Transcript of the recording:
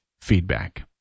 feedback